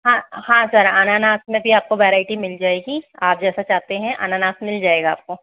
हाँ हाँ सर अनानास में भी आपको वेराइटी मिल जाएगी आप जैसा चाहते हैं अनानास मिल जाएगा आपको